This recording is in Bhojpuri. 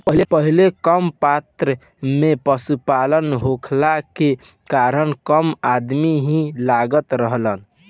पहिले कम मात्रा में पशुपालन होखला के कारण कम अदमी ही लागत रहलन